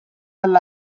għall